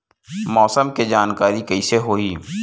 मौसम के जानकारी कइसे होही?